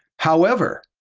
however,